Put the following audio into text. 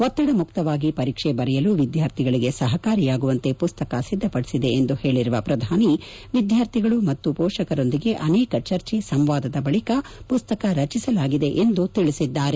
ಒತ್ತಡ ಮುಕ್ತವಾಗಿ ಪರೀಕ್ಷೆ ಬರೆಯಲು ವಿದ್ಯಾರ್ಥಿಗಳಿಗೆ ಸಹಕಾರಿಯಾಗುವಂತೆ ಮಸ್ತಕ ಸಿದ್ದಪಡಿಸಿದೆ ಎಂದು ಹೇಳರುವ ಅವರು ವಿದ್ಲಾರ್ಥಿಗಳು ಮತ್ತು ಪೋಷಕರೊಂದಿಗೆ ಅನೇಕ ಚರ್ಚೆ ಸಂವಾದದ ಬಳಿ ಪುಸ್ತಕ ರಚಿಸಲಾಗಿದೆ ಎಂದು ಅವರು ತಿಳಿಸಿದ್ದಾರೆ